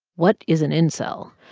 what is an incel?